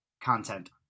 Content